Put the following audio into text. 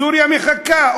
סוריה מחכה.